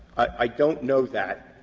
i don't know that.